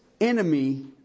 enemy